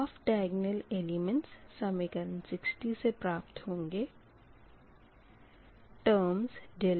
of diagonal elements समीकरण 60 से प्राप्त होंगे